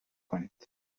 کنید